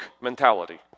mentality